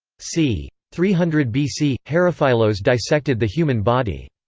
c. three hundred bc herophilos dissected the human body.